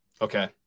Okay